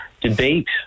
debate